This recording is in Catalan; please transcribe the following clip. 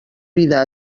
vida